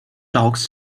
dogs